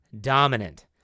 dominant